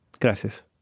Gracias